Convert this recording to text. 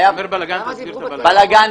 בלגאן,